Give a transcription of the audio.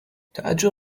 تعجب